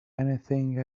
anything